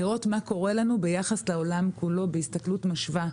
צריך לראות מה קורה לנו ביחס לעולם כולו בהסתכלות משווה.